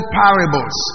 parables